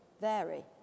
vary